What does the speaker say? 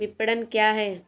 विपणन क्या है?